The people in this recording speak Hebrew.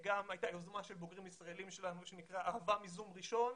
הייתה יוזמה של בוגרים ישראלים שלנו שנקראת אהבה מ-זום ראשון.